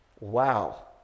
Wow